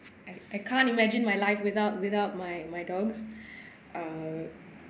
I I can't imagine my life without without my my dogs err